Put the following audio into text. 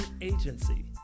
agency